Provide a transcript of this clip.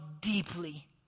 deeply